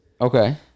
Okay